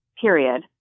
period